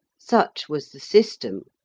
such was the system,